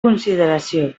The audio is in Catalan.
consideració